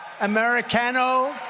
Americano